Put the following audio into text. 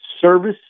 service